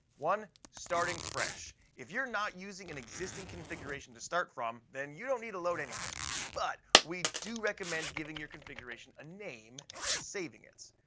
one starting fresh. if you're not using an existing configuration to start from, then you don't need to load anything. but we do recommend giving your configuration a name and saving it.